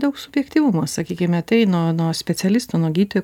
daug subjektyvumo sakykime tai nuo nuo specialisto nuo gydytojo